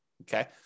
Okay